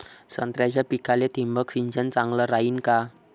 संत्र्याच्या पिकाले थिंबक सिंचन चांगलं रायीन का?